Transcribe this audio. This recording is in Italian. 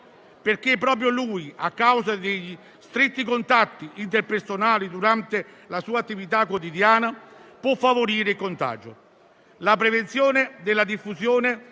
perché proprio lui, a causa degli stretti contatti interpersonali durante la sua attività quotidiana, può favorire il contagio. La prevenzione della diffusione